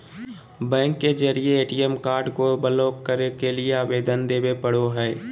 bank के जरिए ATM card को ब्लॉक करे के लिए आवेदन देबे पड़ो हइ